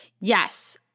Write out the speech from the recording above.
Yes